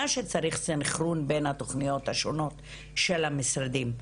שצריך סינכרון בין התוכניות השונות של המשרדים,